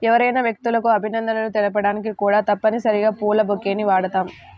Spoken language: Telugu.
ఎవరైనా వ్యక్తులకు అభినందనలు తెలపడానికి కూడా తప్పనిసరిగా పూల బొకేని వాడుతాం